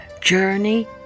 Journey